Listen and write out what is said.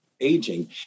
aging